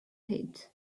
pits